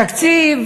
תקציב